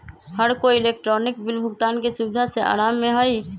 हर कोई electronic bill भुगतान के सुविधा से आराम में हई